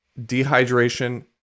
dehydration